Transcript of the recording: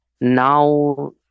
now